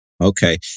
Okay